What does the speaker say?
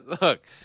Look